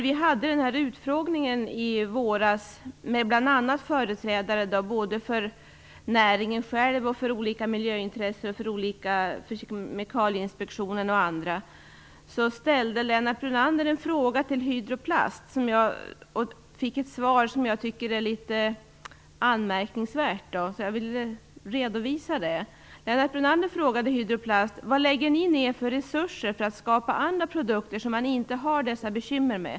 Vi hade en utfrågning i våras med bl.a. företrädare för industrin, olika miljöintressen och Kemikalieinspektionen. Lennart Brunander ställde en fråga till Magnus Rönnmark från Hydro Plast och fick ett litet anmärkningsvärt svar, som jag vill redovisa här. Lennart Brunander frågade: "Vad lägger ni ner för resurser för att skapa andra produkter som man inte har dessa bekymmer med?"